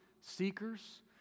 seekers